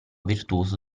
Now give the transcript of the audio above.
virtuoso